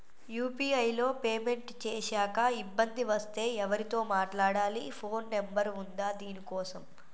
UPI లో payment చేశాక ఇబ్బంది వస్తే ఎవరితో మాట్లాడాలి? ఫోన్ నంబర్ ఉందా దీనికోసం?